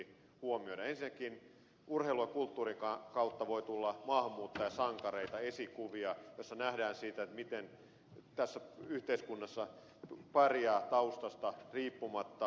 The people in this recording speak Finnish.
ensinnäkin urheilun ja kulttuurin kautta voi tulla maahanmuuttajasankareita esikuvia joissa nähdään miten tässä yhteiskunnassa pärjää taustasta riippumatta